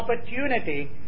opportunity